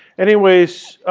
anyways,